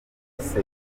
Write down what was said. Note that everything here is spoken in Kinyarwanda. ibihembo